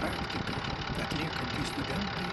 praktiką atliekantys studentai